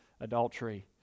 adultery